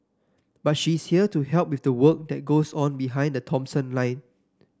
but she's here to help with the work that goes on behind the Thomson line